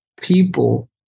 people